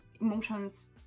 emotions